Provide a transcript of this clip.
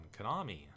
Konami